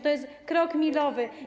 To jest krok milowy.